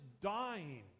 dying